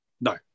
No